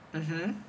mmhmm